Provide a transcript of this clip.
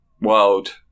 world